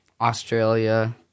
Australia